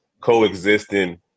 coexisting